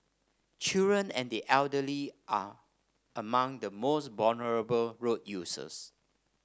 children and the elderly are among the most vulnerable road users